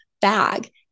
bag